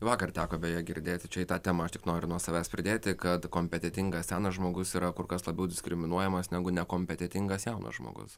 vakar teko beje girdėti čia į tą temą tik noriu nuo savęs pridėti kad kompetentingas senas žmogus yra kur kas labiau diskriminuojamas negu nekompetentingas jaunas žmogus